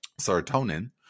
serotonin